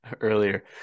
earlier